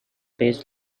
based